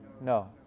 No